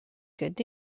good